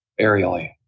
aerially